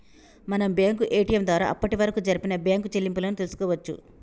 మనం bank ATM ద్వారా అప్పటివరకు జరిపిన బ్యేంకు చెల్లింపులను తెల్సుకోవచ్చు